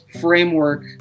framework